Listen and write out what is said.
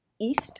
east